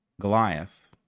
Goliath